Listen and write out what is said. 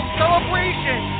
celebration